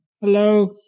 Hello